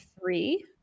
three